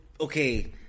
okay